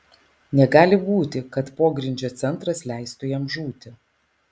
negali būti kad pogrindžio centras leistų jam žūti